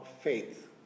faith